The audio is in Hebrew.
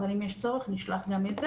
אבל אם יש צורך אנחנו נשלח גם אתה,